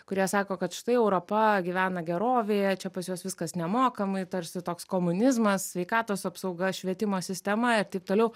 kurie sako kad štai europa gyvena gerovėje čia pas juos viskas nemokamai tarsi toks komunizmas sveikatos apsauga švietimo sistema ir taip toliau